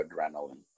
adrenaline